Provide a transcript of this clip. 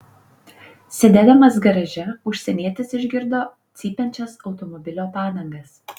sėdėdamas garaže užsienietis išgirdo cypiančias automobilio padangas